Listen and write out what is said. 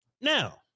Now